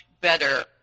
better